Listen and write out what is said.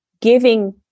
giving